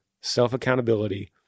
self-accountability